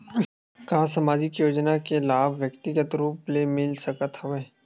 का सामाजिक योजना के लाभ व्यक्तिगत रूप ले मिल सकत हवय?